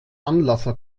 anlasser